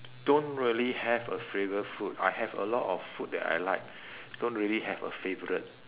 don't really have a favourite food I have a lot of food that I like don't really have a favourite